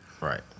Right